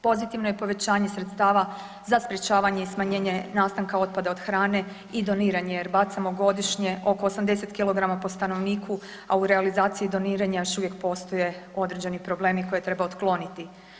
Pozitivno je povećanje sredstva za sprječavanje i smanjenje nastanka otpada od hrane i doniranje jer bacamo godišnje oko 80 kg po stanovniku, a u realizaciji doniranja još uvijek postoje određeni problemi koje treba otkloniti.